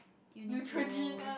Uniqlo